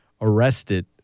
arrested